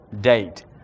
date